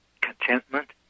contentment